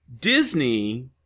Disney